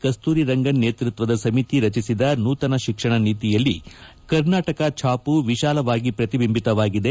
ಕಸ್ತೂರಿರಂಗನ್ ನೇತೃತ್ವದ ಸಮಿತಿ ರಚಿಸಿದ ನೂತನ ಶಿಕ್ಷಣ ನೀತಿಯಲ್ಲಿ ಕರ್ನಾಟಕ ಛಾಪು ವಿಶಾಲವಾಗಿ ಪ್ರತಿಬಿಂಬಿತವಾಗಿದೆ